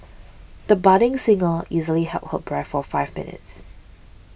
the budding singer easily held her breath for five minutes